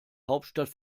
hauptstadt